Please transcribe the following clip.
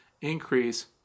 increase